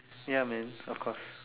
ya man of course